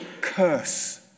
curse